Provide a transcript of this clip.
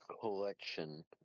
Collection